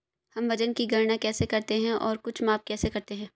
हम वजन की गणना कैसे करते हैं और कुछ माप कैसे करते हैं?